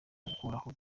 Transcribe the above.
gukuraho